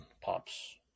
pops